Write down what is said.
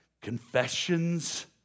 confessions